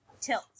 tilt